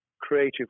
creative